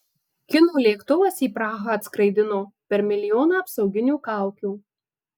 kinų lėktuvas į prahą atskraidino per milijoną apsauginių kaukių